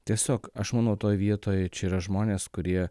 tiesiog aš manau toj vietoj čia yra žmonės kurie